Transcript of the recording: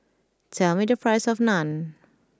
tell me the price of Naan